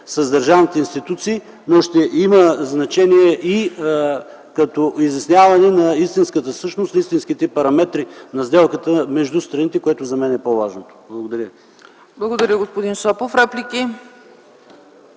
с държавните институции, но ще има значение и като изясняване на истинската същност, истинските параметри на сделката между страните, което за мен е по-важно. Благодаря ви.